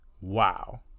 Wow